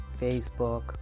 facebook